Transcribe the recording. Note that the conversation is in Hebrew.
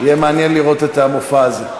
יהיה מעניין לראות את המופע הזה.